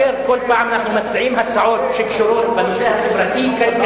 כאשר כל פעם אנחנו מציעים הצעות שקשורות בנושא החברתי-כלכלי,